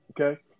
Okay